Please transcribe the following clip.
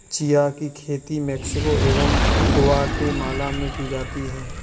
chia की खेती Mexico एवं ग्वाटेमाला में की जाती है